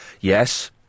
Yes